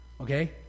okay